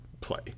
play